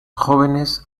jóvenes